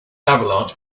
avalanche